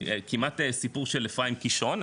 כמעט סיפור של אפרים קישון,